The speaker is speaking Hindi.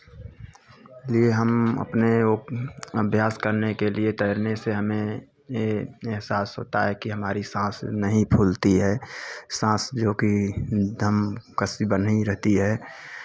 लिये हम अपने अभ्यास करने के लिये तैरने से हमे ये एहसास होता है की हमारी सांस नहीं फूलती है सांस जो की दम कसी बंधी रहती है